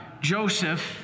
Joseph